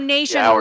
Nation